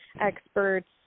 experts